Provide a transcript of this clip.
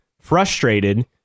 frustrated